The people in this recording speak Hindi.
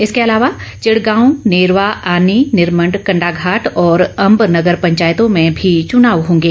इसके अलावा चिड़गांव नेरवा आनी निरमंड कंडाघाट और अम्ब नगर पंचायतों में भी चुनाव होंगे